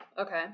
Okay